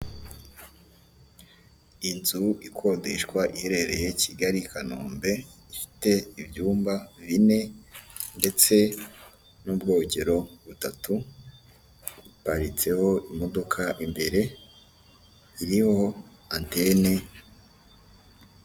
Inzu ikodeshwa iherereye kigali i kanombe ifite ibyumba bine, ndetse n'ubwogero butatu iparitseho imodoka imbere iriho antene.